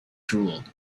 drool